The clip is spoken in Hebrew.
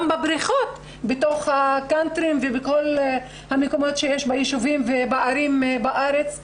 גם בבריכות בתוך קאנטרי ובכל המקומות שיש ביישובים ובערים בארץ,